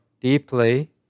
deeply